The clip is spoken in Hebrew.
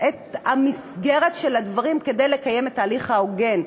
את המסגרת של הדברים כדי לקיים את ההליך ההוגן,